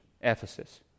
Ephesus